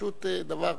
פשוט דבר,